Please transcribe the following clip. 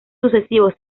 sucesivos